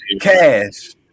Cash